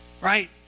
Right